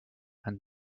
and